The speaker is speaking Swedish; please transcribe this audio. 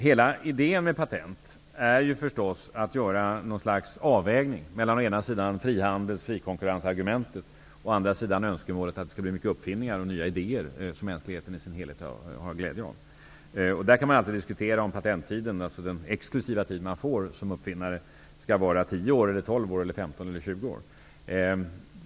Hela idén med patent är ju förstås att göra något slags avvägning mellan å ena sidan frihandels och frikonkurrensargumentet, och å andra sidan önskemålet att det skall göras många uppfinningar och komma nya idéer som mänskligheten i sin helhet har glädje av. Man kan alltid diskutera om patenttiden, alltså den exklusiva tid man får som uppfinnare, skall vara 10, 12, 15 eller 20 år.